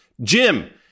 Jim